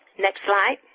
next slide.